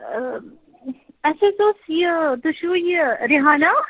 اَسہِ حظ اوس یہِ تُہۍ چھِوٕ یہِ رِہانا